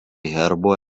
herbo